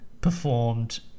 performed